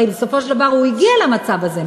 הרי בסופו של דבר הוא הגיע למצב הזה,